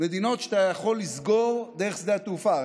מדינות שאתה יכול לסגור דרך שדה התעופה.